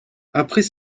après